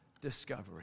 discovery